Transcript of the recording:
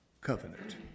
covenant